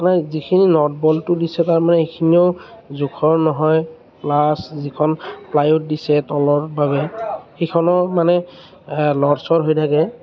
নাই যিখিনি nut bolt দিছে তাৰ মানে সেইখিনিও জোখৰ নহয় প্লাচ যিখন প্লাইউড দিছে তলৰ বাবে সেইখনো মানে লৰচৰ হৈ থাকে